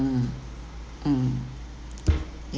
mm mm